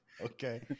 Okay